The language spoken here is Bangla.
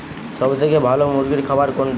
সবথেকে ভালো মুরগির খাবার কোনটি?